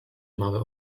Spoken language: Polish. małe